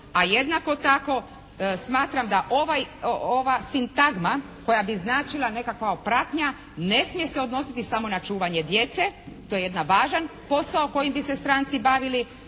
a jednako tako smatram da ovaj, ova sintagma koja bi značila nekakva pratnja ne smije se odnositi samo na čuvanje djece. To je jedan važan posao kojim bi se stranci bavili.